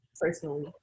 personally